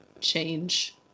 change